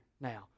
now